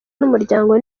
n’umuryango